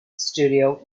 studio